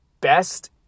best